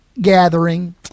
gathering